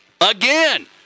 again